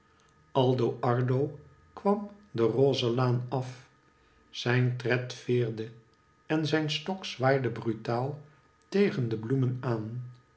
aldo ardo kwam de roze laan af zijn tred veerde en zijn stok zwaaide brutaal tegen de bloemen aan